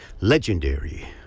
legendary